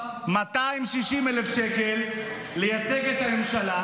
260,000 שקל לייצג את הממשלה,